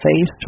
face